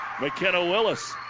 McKenna-Willis